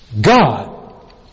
God